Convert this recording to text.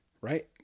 right